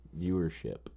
viewership